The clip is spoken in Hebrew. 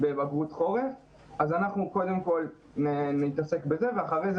בבגרות חורף ולכן אנחנו קודם כל נעסוק בזה ואחר כך